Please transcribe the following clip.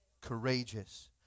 courageous